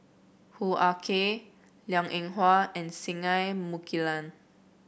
Hoo Ah Kay Liang Eng Hwa and Singai Mukilan